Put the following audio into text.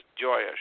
joyous